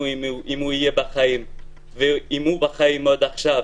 אם הוא יחיה ואם הוא בחיים עכשיו.